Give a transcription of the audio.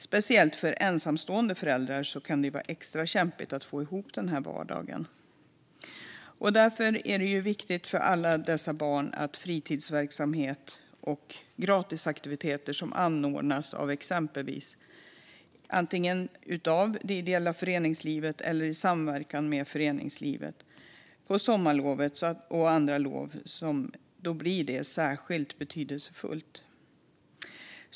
Speciellt för ensamstående föräldrar kan det vara extra kämpigt att få ihop vardagen. Det är för alla dessa barn som fritidsverksamhet och gratisaktiviteter som anordnas av eller i samverkan med det ideella föreningslivet på sommarlovet och andra lov är särskilt betydelsefulla.